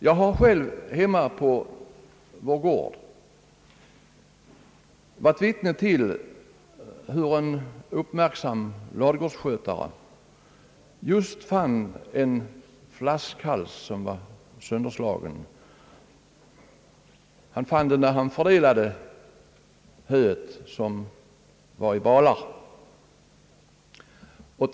Jag har själv hemma på vår gård varit vittne till hur en uppmärksam ladugårdsskötare fann en sönderslagen flaskhals, när han fördelade hö som var packat i balar.